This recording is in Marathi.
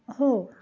हो